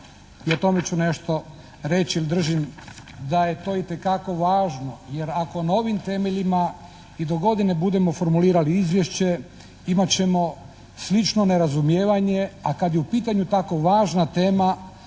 i o tome ću nešto reći jer držim da je to itekako važno. Jer ako na ovim temeljima i do godine budemo formulirali izvješće imati ćemo slično nerazumijevanje, a kada je u pitanju tako važna tema